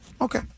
Okay